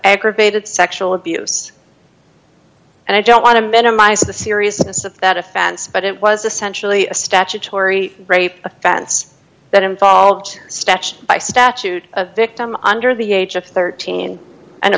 aggravated sexual abuse and i don't want to minimize the seriousness of that offense but it was essentially a statutory rape offense that involved statute by statute a victim under the age of thirteen and a